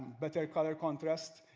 better color contrast.